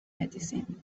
medicine